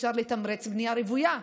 אפשר לתמרץ בנייה רוויה,